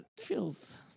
feels